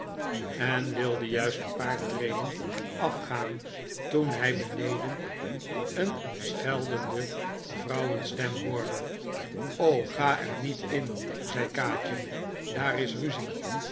en wilde juist een paar treden afgaan toen hij beneden een scheldende vrouwenstem hoorde ga er niet in zei kaatje daar is ruzie